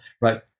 right